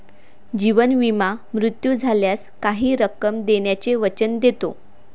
जीवन विमा मृत्यू झाल्यास काही रक्कम देण्याचे वचन देतो